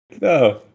No